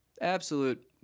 absolute